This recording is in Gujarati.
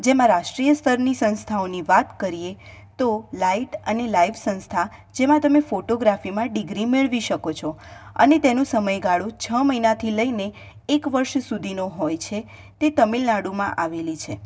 જેમાં રાષ્ટ્રીય સ્તરની સંસ્થાઓની વાત કરીએ તો લાઇટ અને લાઈફ સંસ્થા જેમાં તમે ફોટોગ્રાફીમાં ડિગ્રી મેળવી શકો છો અને તેનો સમયગાળો છ મહિનાથી લઇને એક વર્ષ સુધીનો હોય છે તે તમિલનાડુમાં આવેલી છે